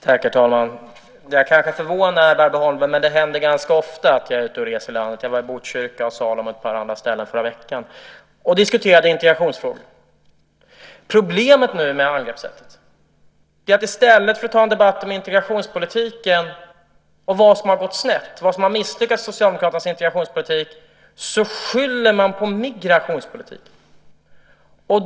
Herr talman! Det kanske förvånar Barbro Holmberg, men det händer ganska ofta att jag är ute och reser i landet. Jag var i förra veckan i Botkyrka, Salem och ett par andra ställen och diskuterade integrationsfrågor. Problemet med angreppssättet nu är att man i stället för att ta en debatt om integrationspolitiken, vad som har gått snett och misslyckats i Socialdemokraternas integrationspolitik skyller på migrationspolitiken.